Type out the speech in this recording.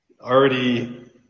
already